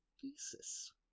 thesis